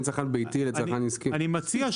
בונים, עושים, ופעם בשנה אתה יודע איך עושים להם?